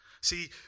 See